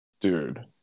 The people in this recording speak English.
dude